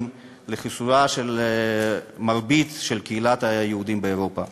לחיסולה של מרבית קהילת היהודים באירופה.